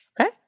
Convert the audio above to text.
Okay